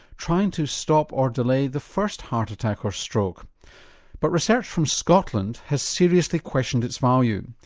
trying to stop or delay the first heart attack or stroke but research from scotland has seriously questioned its value.